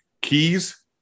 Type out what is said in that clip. keys